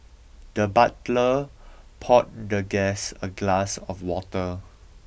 the butler poured the guest a glass of water